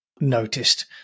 noticed